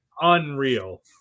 unreal